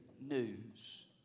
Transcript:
news